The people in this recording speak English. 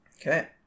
Okay